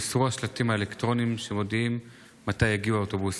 הוסרו השלטים האלקטרוניים שמודיעים מתי יגיעו האוטובוסים.